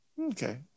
Okay